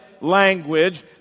language